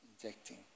injecting